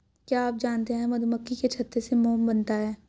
क्या आप जानते है मधुमक्खी के छत्ते से मोम बनता है